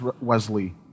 Wesley